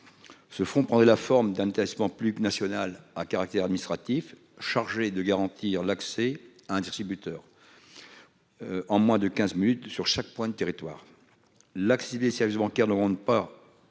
Se font prendre la forme d'intéressement plus national à caractère administratif chargé de garantir l'accès à un distributeur. En moins de 15 minutes sur chaque point de territoire l'accès des services bancaires le monde pas